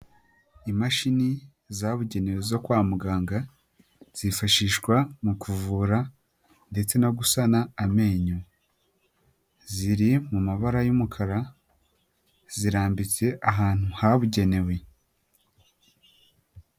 Imashini zabugenewe zo kwa muganga zifashishwa mu kuvura ndetse no gusana amenyo, ziri mu mabara y'umukara zirambitse ahantu habugenewe.